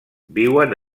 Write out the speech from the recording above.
viuen